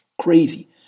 Crazy